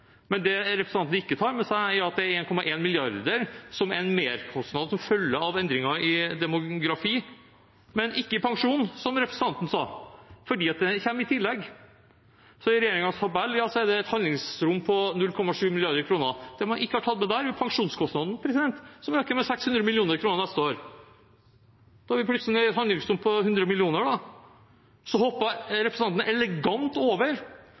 Det representanten ikke tar med seg, er at det er 1,1 mrd. kr som er merkostnad som følge av endringer i demografi, men ikke pensjon, som representanten sa, for det kommer i tillegg. I regjeringens tabell er det et handlingsrom på 0,7 mrd. kr. Det man ikke har tatt med der, er pensjonskostnadene, som øker med 600 mill. kr neste år. Da er vi plutselig nede i et handlingsrom på 100 mill. kr. Så hoppet representanten elegant over